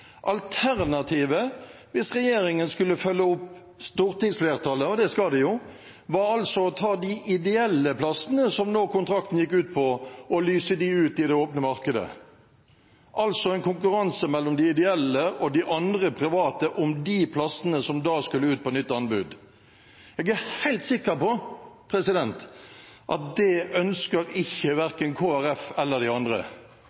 Alternativet hvis regjeringen skulle følge opp stortingsflertallet – og det skal den jo – var å ta de ideelle plassene som kontrakten nå gikk ut på, og lyse dem ut i det åpne markedet, altså en konkurranse mellom de ideelle og de andre private om de plassene som da skulle ut på nytt anbud. Jeg er helt sikker på at det ønsker ikke verken Kristelig Folkeparti eller de andre.